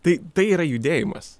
tai tai yra judėjimas